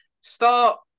start